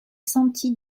santi